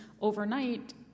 overnight